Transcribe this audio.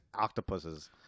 octopuses